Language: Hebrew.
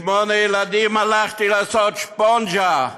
לשמונה ילדים הלכתי לעשות ספונג'ה,